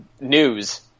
news